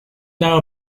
now